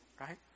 right